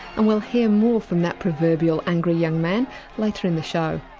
and we'll hear more from that proverbial angry young man later in the show.